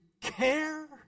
care